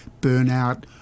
burnout